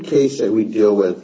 case that we deal with